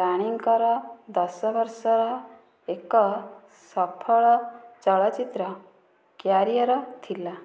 ରାଣୀଙ୍କର ଦଶ ବର୍ଷର ଏକ ସଫଳ ଚଳଚ୍ଚିତ୍ର କ୍ୟାରିୟର୍ ଥିଲା